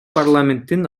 парламенттин